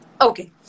Okay